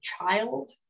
child